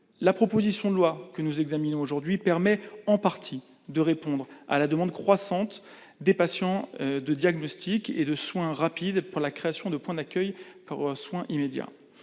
La proposition de loi que nous examinons aujourd'hui permet en partie de répondre à la demande croissante de diagnostic et de soins rapides des patients, par la création de points d'accueil pour soins immédiats.